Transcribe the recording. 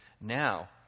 now